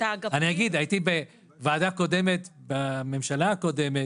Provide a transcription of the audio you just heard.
אני אגיד: הייתי בוועדה קודמת בממשלה הקודמת,